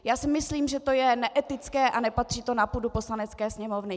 Já si myslím, že to je neetické a nepatří to na půdu Poslanecké sněmovny.